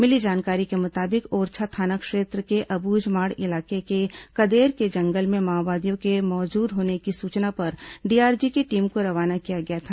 मिली जानकारी के मुताबिक ओरछा थाना क्षेत्र के अबूझमाड़ इलाके के कदेर के जंगल में माओवादियों के मौजूद होने की सूचना पर डीआरजी की टीम को रवाना किया गया था